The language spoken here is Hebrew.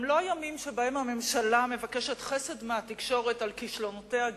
הם לא ימים שבהם הממשלה מבקשת חסד מהתקשורת על כישלונותיה,